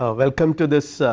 ah welcome to this,